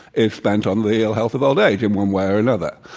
is spent on the ill health of old age in one way or another,